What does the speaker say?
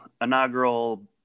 inaugural